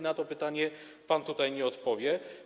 Na to pytanie pan tutaj nie odpowie.